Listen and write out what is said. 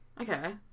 Okay